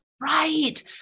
Right